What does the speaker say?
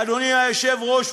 אדוני היושב-ראש,